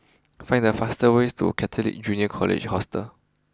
find the fastest way to Catholic Junior College Hostel